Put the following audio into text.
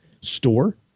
store